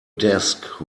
desk